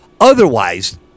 Otherwise